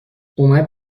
اومد